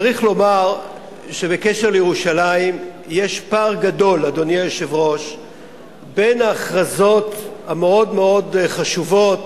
צריך לומר שבקשר לירושלים יש פער גדול בין ההכרזות המאוד-מאוד חשובות